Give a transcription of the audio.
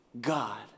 God